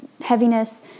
heaviness